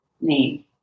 name